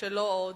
שלא עוד,